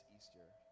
Easter